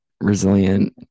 resilient